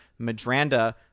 madranda